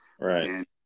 right